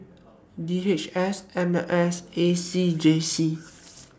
D H S M S A C J C